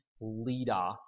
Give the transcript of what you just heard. leader